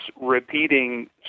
repeating